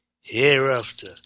hereafter